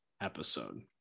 episode